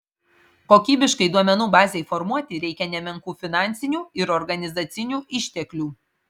kokybiškai duomenų bazei formuoti reikia nemenkų finansinių ir organizacinių išteklių